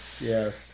yes